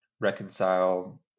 reconcile